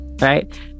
right